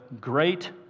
great